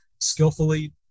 skillfully